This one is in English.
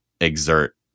exert